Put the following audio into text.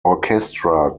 orchestra